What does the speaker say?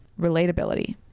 relatability